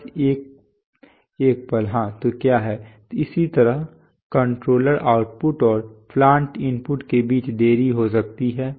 बस एक पल हाँ तो क्या है इसी तरह कंट्रोलर आउटपुट और प्लांट इनपुट के बीच देरी हो सकती है